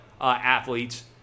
athletes